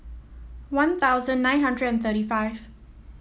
One Thousand nine hundred and thirty five